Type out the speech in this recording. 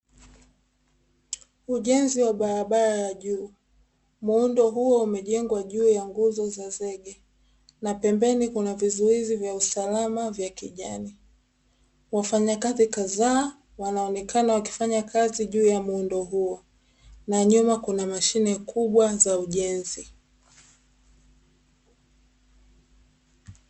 Ujenzi wa barabara ya juu, muundo huo umejengwa juu ya nguzo za zege, na pembeni kuna vizuizi vya usalama vya kijani. Wafanyakazi kadhaa, wanaonekana wakifanya kazi juu ya muundo huo. Na nyuma kuna mashine kubwa za ujenzi.